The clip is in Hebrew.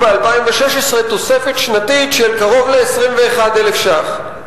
ב-2016 תוספת שנתית של קרוב ל-21,000 ש"ח.